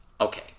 Okay